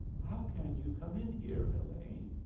how can you come in here, elaine?